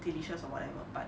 delicious or whatever but